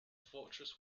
fortress